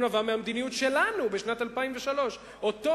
הוא נבע מהמדיניות שלנו בשנת 2003. אותו